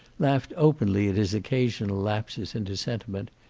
laughed openly at his occasional lapses into sentiment,